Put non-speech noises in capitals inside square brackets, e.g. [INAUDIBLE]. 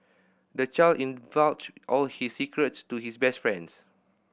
the child [UNINTELLIGIBLE] all his secrets to his best friends